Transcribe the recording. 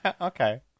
Okay